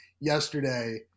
yesterday